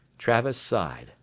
travis sighed.